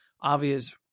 obvious